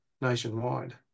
nationwide